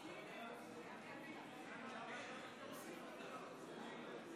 נא ירים את ידו, תודה.